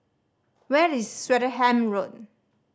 where is Swettenham Road